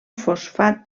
fosfat